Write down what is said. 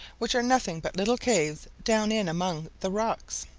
which are nothing but little caves down in among the rocks.